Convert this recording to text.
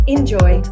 Enjoy